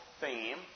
theme